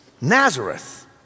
Nazareth